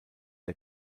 der